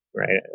right